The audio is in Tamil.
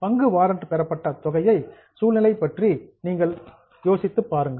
பங்கு வாரண்ட் பெறப்பட்ட அத்தகைய சூழ்நிலையை பற்றி நீங்கள் யோசித்துப் பாருங்கள்